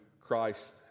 Christ